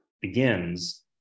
begins